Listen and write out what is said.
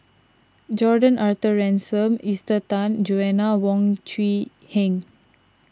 Jordan Arthur Ransome Esther Tan Joanna Wong Quee Heng